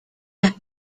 las